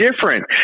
different